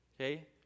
okay